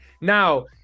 Now